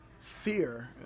fear